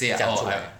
讲出来